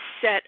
set